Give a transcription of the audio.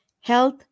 health